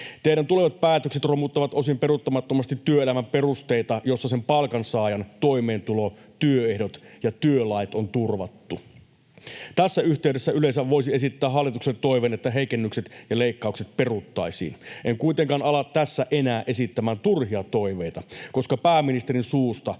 Teidän tulevat päätöksenne romuttavat osin peruuttamattomasti työelämän perusteita, joissa sen palkansaajan toimeentulo, työehdot ja työlait on turvattu. Tässä yhteydessä yleensä voisi esittää hallitukselle toiveen, että heikennykset ja leikkaukset peruttaisiin. En kuitenkaan ala tässä enää esittämään turhia toiveita, koska pääministerin suusta